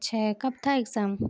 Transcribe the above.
اچھا کب تھا اگزام